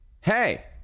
hey